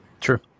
True